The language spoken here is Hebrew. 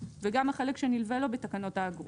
וגם החלק שנלווה לו בתקנות האגרות.